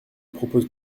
propose